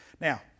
Now